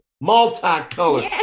Multicolored